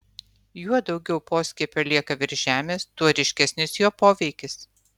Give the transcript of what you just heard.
juo daugiau poskiepio lieka virš žemės tuo ryškesnis jo poveikis